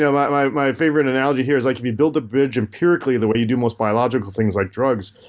yeah like my my favorite analogy here is like if you build a bridge empirically, the way you do most biological things, like drugs,